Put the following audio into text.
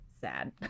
sad